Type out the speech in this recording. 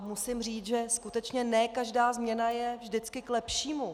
Musím říct, že skutečně ne každá změna je vždycky k lepšímu.